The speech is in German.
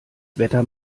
wetter